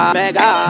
mega